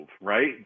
right